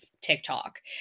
TikTok